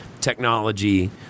technology